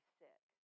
sick